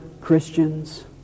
Christians